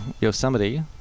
Yosemite